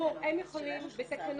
יותר מהר,